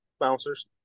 bouncers